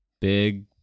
Big